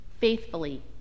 faithfully